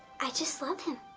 i just love him.